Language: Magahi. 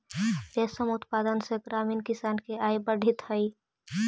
रेशम उत्पादन से ग्रामीण किसान के आय बढ़ित हइ